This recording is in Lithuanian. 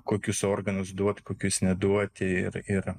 kokius organus duoti kokius neduoti ir ir